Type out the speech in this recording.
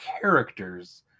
characters